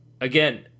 again